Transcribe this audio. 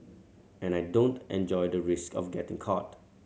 and I don't enjoy the risk of getting caught